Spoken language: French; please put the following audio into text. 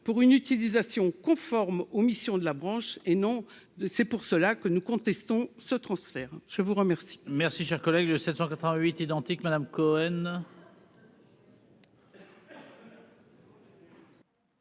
pour une utilisation conforme aux missions de la branche et non, c'est pour cela que nous contestons ce transfert, je vous remercie.